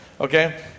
Okay